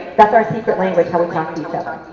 that's our secret language, how we talk to each other.